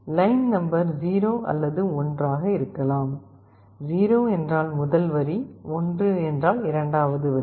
line number 0 அல்லது 1 ஆக இருக்கலாம் 0 என்றால் முதல் வரி 1 என்றால் இரண்டாவது வரி